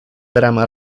drama